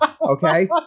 okay